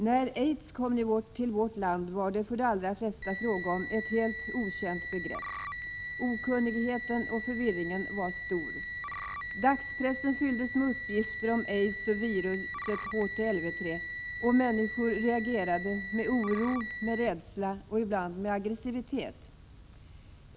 Herr talman! När aids kom till vårt land, var det för de allra flesta fråga om ett helt okänt begrepp. Okunnigheten och förvirringen var stor. Dagspressen 15 fylldes med uppgifter om aids och viruset HTLV-III, och människor reagerade med oro, rädsla och ibland aggressivitet.